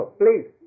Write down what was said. please